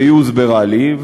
והיא הוסברה לי.